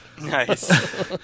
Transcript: Nice